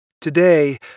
Today